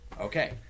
Okay